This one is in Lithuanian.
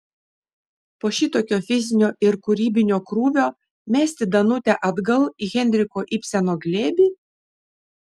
po šitokio fizinio ir kūrybinio krūvio mesti danutę atgal į henriko ibseno glėbį